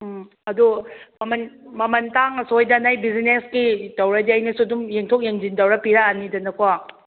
ꯎꯝ ꯑꯗꯨ ꯃꯃꯜ ꯃꯃꯜ ꯇꯥꯡꯉꯁꯨ ꯁꯣꯏꯗꯅ ꯕꯤꯖꯤꯅꯦꯁꯀꯤ ꯇꯧꯔꯗꯤ ꯑꯩꯅꯁꯨ ꯑꯗꯨꯝ ꯌꯦꯡꯊꯣꯛ ꯌꯦꯡꯁꯤꯟ ꯇꯧꯔ ꯄꯤꯔꯛꯑꯅꯤꯗꯅꯀꯣ